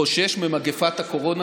חושש ממגפת הקורונה,